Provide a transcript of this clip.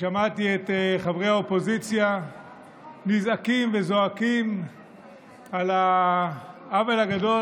ושמעתי את חברי האופוזיציה נזעקים וזועקים על העוול הגדול